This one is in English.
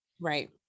Right